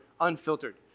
unfiltered